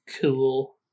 Cool